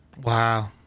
Wow